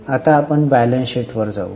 आता आपण balance sheet वर जाऊ